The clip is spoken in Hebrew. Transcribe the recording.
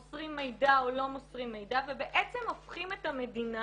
מוסרים או לא מוסרים מידע ובעצם הופכים את המדינה